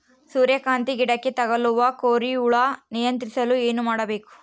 ಸೂರ್ಯಕಾಂತಿ ಗಿಡಕ್ಕೆ ತಗುಲುವ ಕೋರಿ ಹುಳು ನಿಯಂತ್ರಿಸಲು ಏನು ಮಾಡಬೇಕು?